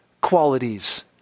qualities